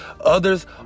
Others